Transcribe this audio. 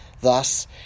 Thus